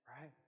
right